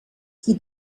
qui